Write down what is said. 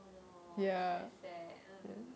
oh no that's quite sad